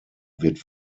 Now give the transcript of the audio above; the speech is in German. wird